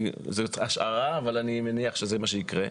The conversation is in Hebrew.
זאת השערה אבל אני מניח שזה מה שיקרה,